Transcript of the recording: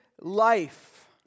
life